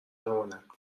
نماند